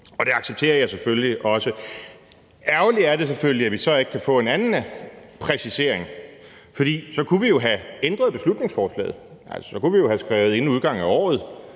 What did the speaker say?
og det accepterer jeg selvfølgelig også. Ærgerligt er det selvfølgelig, at vi så ikke kan få en anden præcisering, for så kunne vi jo have ændret beslutningsforslaget, så kunne vi have skrevet »inden udgangen af året«